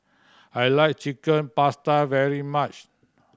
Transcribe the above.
I like Chicken Pasta very much